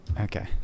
Okay